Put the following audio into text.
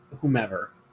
whomever